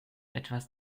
etwas